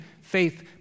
faith